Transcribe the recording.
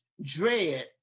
dread